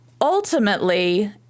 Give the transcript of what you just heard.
Ultimately